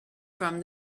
from